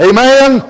Amen